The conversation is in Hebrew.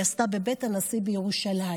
והיא עשתה בבית הנשיא בירושלים.